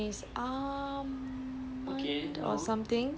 err um